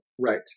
right